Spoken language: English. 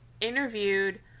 interviewed